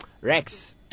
Rex